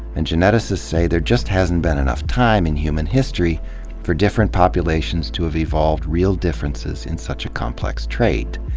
and geneticists say there just hasn't been enough time in human history for different populations to have evolved real differences in such a complex trait.